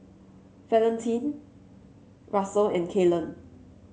Valentine Russel and Kaylen